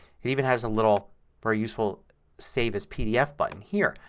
it even has a little very useful save as pdf button here.